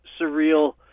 surreal